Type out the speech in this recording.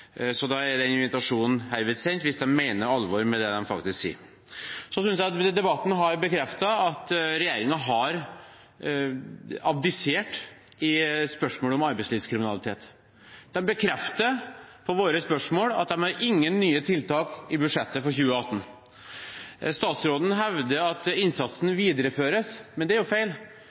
Da er den invitasjonen herved sendt – hvis de mener alvor med det de faktisk sier. Jeg synes debatten har bekreftet at regjeringen har abdisert i spørsmålet om arbeidslivskriminalitet. På våre spørsmål bekrefter de at de ikke har noen nye tiltak i budsjettet for 2018. Statsråden hevder at innsatsen videreføres, men det er feil.